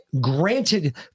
granted